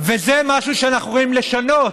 וזה משהו שאנחנו יכולים לשנות,